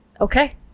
Okay